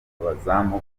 abazamu